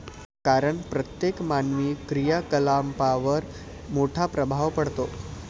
कारण प्रत्येक मानवी क्रियाकलापांवर मोठा प्रभाव पडतो